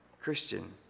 Christian